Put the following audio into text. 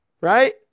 Right